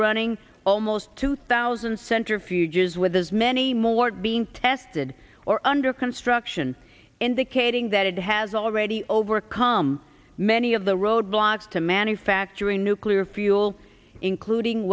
running almost two thousand centrifuges with as many more being tested or under construction indicating that it has already overcome many of the roadblocks to manufacturing nuclear fuel including